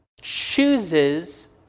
chooses